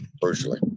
personally